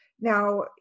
now